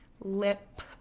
lip